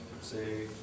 say